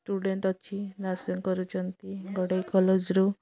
student ଅଛି nursing କରୁଛନ୍ତି ଗୋଟେ କଲେଜ୍ରୁ